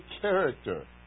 character